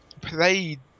played